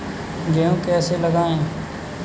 गेहूँ कैसे लगाएँ?